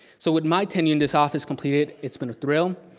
so with my tenure in this office completed, it's been a thrill.